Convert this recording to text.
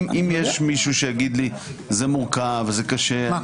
אם יש מישהו שיגיד לי: זה מורכב, זה קשה --- מה?